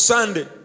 Sunday